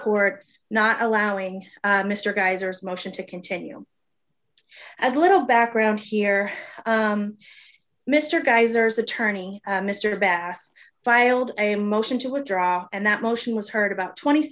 court not allowing mr geysers motion to continue as a little background here mr geysers attorney mr bast filed a motion to withdraw and that motion was heard about twenty